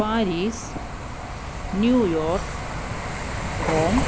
Paris New York Rome